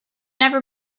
never